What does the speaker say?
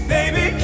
Baby